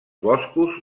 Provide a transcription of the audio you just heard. boscos